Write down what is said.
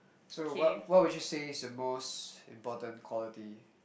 so what what would you say is the most important quality